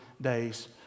days